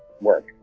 work